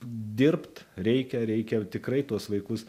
dirbt reikia reikia tikrai tuos vaikus